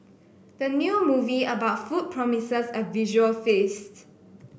the new movie about food promises a visual feast